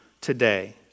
today